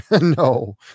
No